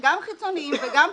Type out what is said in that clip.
גם חיצוניים וגם פנימיים.